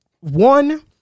one